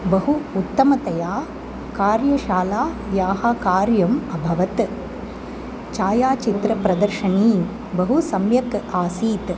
बहु उत्तमतया कार्यशालायाः कार्यम् अभवत् छायाचित्रप्रदर्शनी बहु सम्यक् आसीत्